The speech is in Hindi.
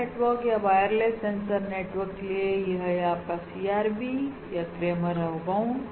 सेंसर नेटवर्क या वायरलेस सेंसर नेटवर्क के लिए यह है आपका CRB या क्रैमर राव बाउंड